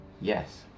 Yes